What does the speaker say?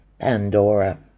Pandora